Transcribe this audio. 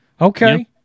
Okay